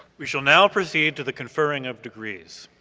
we shall now proceed to the conferring of degrees.